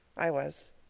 i was!